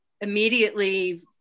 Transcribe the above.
immediately